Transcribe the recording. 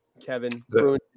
Kevin